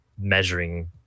measuring